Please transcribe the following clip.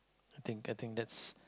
I think I think that's